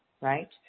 right